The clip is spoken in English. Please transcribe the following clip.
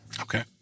Okay